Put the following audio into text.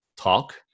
Talk